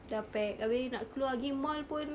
dah packed habis nak keluar pergi mall pun